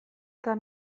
eta